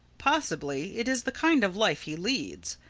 possibly it is the kind of life he leads.